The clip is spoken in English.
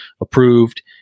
approved